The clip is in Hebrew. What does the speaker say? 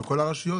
בכל הרשויות?